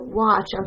watch